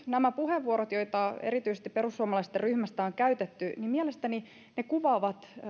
nämä puheenvuorot joita erityisesti perussuomalaisten ryhmästä on käytetty mielestäni kuvaavat